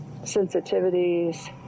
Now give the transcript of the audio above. sensitivities